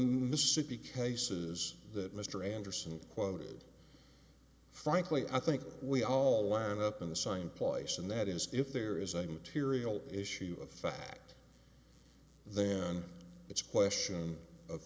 mississippi cases that mr anderson quoted frankly i think we all live up in the sign place and that is if there is a material issue of fact then it's a question of